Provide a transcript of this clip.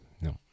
No